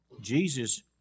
Jesus